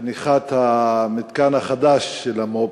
חנוכת המתקן החדש של המו"פ,